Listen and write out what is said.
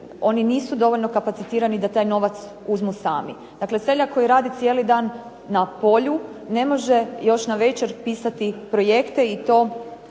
oni nisu dovoljno kapacitirani da taj novac uzmu sami. Dakle, seljak koji radi cijeli dan na polju ne može još na večer pisati projekte i to